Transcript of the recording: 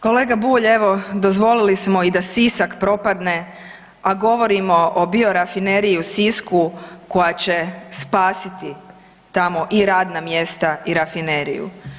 Kolega Bulj, evo dozvolili smo i da Sisak propadne, a govorimo o Biorafineriji u Sisku koja će spasiti tamo i radna mjesta i rafineriju.